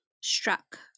struck